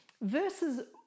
versus